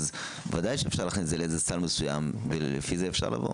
אז ודאי שאפשר להכניס את זה לאיזה סל מסוים ולפי זה אפשר לבוא.